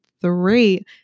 three